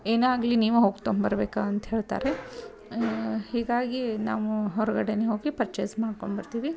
ಏನೇ ಆಗಲಿ ನೀವೇ ಹೋಗಿ ತೊಂಬರ್ಬೇಕು ಅಂತ ಹೇಳ್ತಾರೆ ಹೀಗಾಗಿ ನಾವು ಹೊರ್ಗಡೆಯೇ ಹೋಗಿ ಪರ್ಚೇಸ್ ಮಾಡ್ಕೊಂಡ್ಬರ್ತೀವಿ